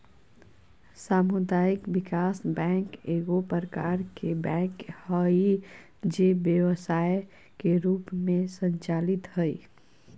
सामुदायिक विकास बैंक एगो प्रकार के बैंक हइ जे व्यवसाय के रूप में संचालित हइ